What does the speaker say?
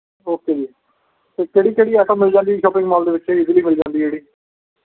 okay ਜੀ ਅਤੇ ਕਿਹੜੀ ਕਿਹੜੀ ਆਈਟਮ ਮਿਲ ਜਾਂਦੀ ਸ਼ੋਪਿੰਗ ਮਾਲ ਦੇ ਵਿੱਚ ਇਜ਼ੀਲੀ ਮਿਲ ਜਾਂਦੀ ਜਿਹੜੀ